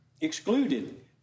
excluded